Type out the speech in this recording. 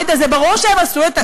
עאידה, זה ברור שהם עשו.